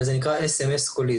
כ-סמס קולי.